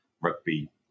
rugby